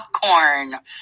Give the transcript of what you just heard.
popcorn